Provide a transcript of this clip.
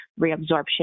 reabsorption